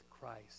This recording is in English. Christ